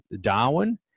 Darwin